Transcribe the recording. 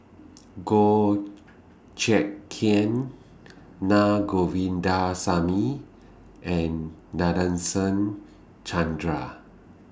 Goh Check Kheng Na Govindasamy and Nadasen Chandra